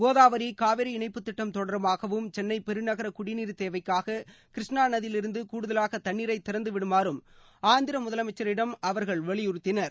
கோதாவரி காவேரி இணைப்பு திட்டம் தொடர்பாகவும் சென்னை பெருநகர குடிநீர் தேவைக்காக கிருஷ்ணா நதியிலிருந்து கூடுதலாக தண்ணீரை திறந்துவிடுமாறும் ஆந்திர முதலமைச்சரிடம் அவர்கள் வலியுறுத்தினர்